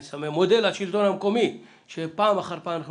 אני מודה לשלטון המקומי שפעם אחר פעם אנחנו